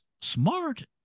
smart